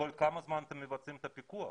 כל כמה זמן אתם מבצעים את הפיקוח?